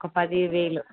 ఒక పది వేలు